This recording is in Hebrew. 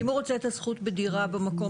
ואם הוא רוצה את הזכות בדירה במקום